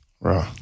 Bro